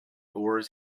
oars